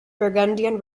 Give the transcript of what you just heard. burgundian